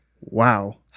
Wow